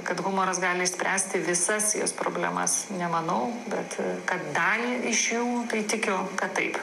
kad humoras gali išspręsti visas jos problemas nemanau bet kad dalį iš jų tai tikiu kad taip